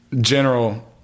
general